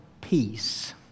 peace